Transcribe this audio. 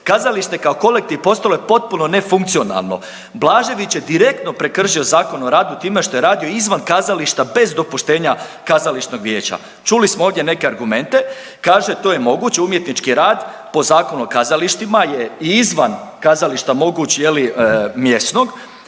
kazalište kao kolektiv postalo je potpuno nefunkcionalno, Blažević je direktno prekršio Zakon o radu time što je radio izvan kazališta bez dopuštenja kazališnog vijeća. Čuli smo ovdje neke argumente, kaže to je moguće umjetnički rad po Zakonu o kazalištima je i izvan kazališta moguć je li mjesnog,